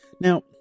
Now